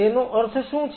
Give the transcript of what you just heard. તેનો અર્થ શું છે